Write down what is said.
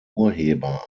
urheber